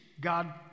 God